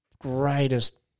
greatest